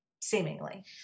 seemingly